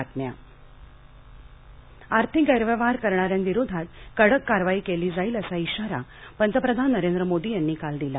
पंतप्रधानः आर्थिक गैरव्यवहार करणाऱ्यांविरोधात कडक कारवाई केली जाईल असा इशारा पंतप्रधान नरेंद्र मोदी यांनी काल दिला